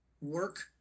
work